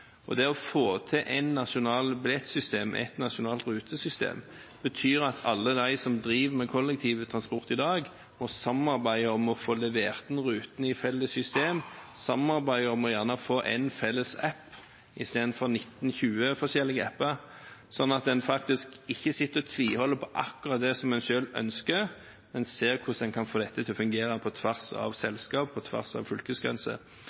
aktører. Det å få til et nasjonalt billett- og rutesystem betyr at alle de som driver med kollektiv transport i dag, må samarbeide om å få levert inn rutene i et felles system. De må gjerne samarbeide om å få en felles app istedenfor 19–20 forskjellige apper, slik at en ikke sitter og tviholder på akkurat det en selv ønsker, men ser på hvordan en kan få dette til å fungere på tvers av selskaper, på tvers av fylkesgrenser